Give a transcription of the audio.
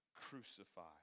crucified